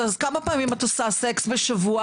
אז כמה פעמים את עושה סקס בשבוע,